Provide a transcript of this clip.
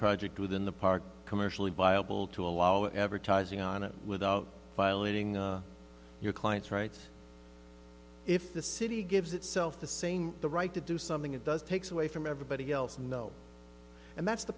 project within the park commercially viable to allow advertising on it without violating your client's rights if the city gives itself the same the right to do something it does takes away from everybody else no and that's the